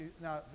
Now